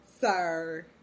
sir